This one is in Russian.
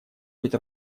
быть